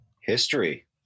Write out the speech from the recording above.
history